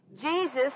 Jesus